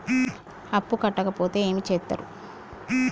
అప్పు కట్టకపోతే ఏమి చేత్తరు?